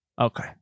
okay